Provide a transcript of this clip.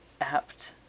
apt